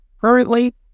currently